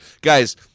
guys